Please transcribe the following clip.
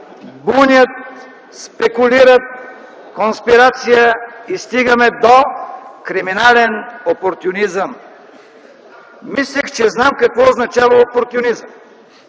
„бунят”, „спекулират”, „конспирация” и стигаме до... „криминален опортюнизъм”. Мислех, че знам какво означава опортюнизъм,